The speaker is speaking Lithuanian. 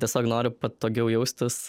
tiesiog nori patogiau jaustis